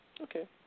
Okay